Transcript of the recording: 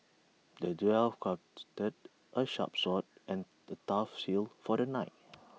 the dwarf crafted A sharp sword and A tough shield for the knight